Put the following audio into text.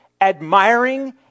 admiring